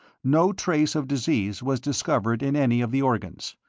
no trace of disease was discovered in any of the organs,